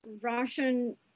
Russian